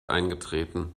eingetreten